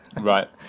Right